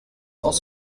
aus